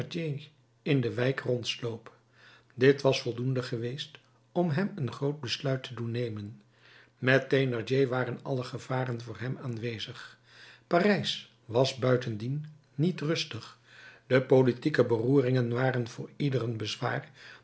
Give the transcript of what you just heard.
in de wijk rondsloop dit was voldoende geweest om hem een groot besluit te doen nemen met thénardier waren alle gevaren voor hem aanwezig parijs was buitendien niet rustig de politieke beroeringen waren voor ieder een bezwaar